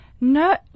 no